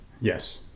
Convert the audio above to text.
Yes